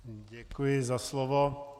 Děkuji za slovo.